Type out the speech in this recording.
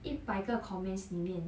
一百个 comments 里面